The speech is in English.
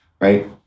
right